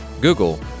Google